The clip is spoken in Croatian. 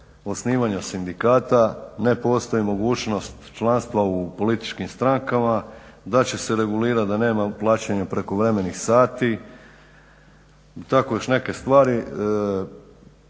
osnivanja sindikata, ne postoji mogućnost članstva u političkim strankama, da će se regulirati da nema plaćanja prekovremenih sati i tako još neke stvari